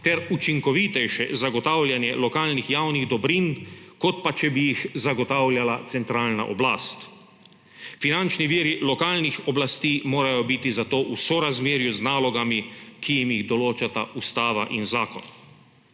ter učinkovitejše zagotavljanje lokalnih javnih dobrin kot pa, če bi jih zagotavljala centralna oblast. Finančni viri lokalnih oblasti morajo biti zato v sorazmerju z nalogami, ki jim jih določata ustava in zakon.